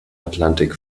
atlantik